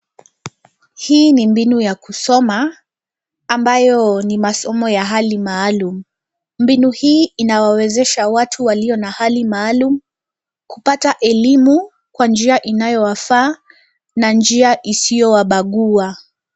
Hii ni mbinu ya kusoma ambayo ni masomo ya hali maalum. Mbinu hii inawawezesha watu walio na hali maalum kupata elimu kwa njia inayowafaa na njia isiyowabagua.